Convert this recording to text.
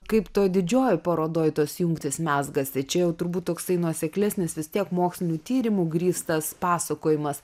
kaip toj didžiojoj parodoj tos jungtys mezgasi čia jau turbūt toksai nuoseklesnis vis tiek moksliniu tyrimu grįstas pasakojimas